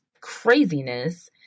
craziness